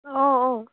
অঁ অঁ